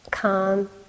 calm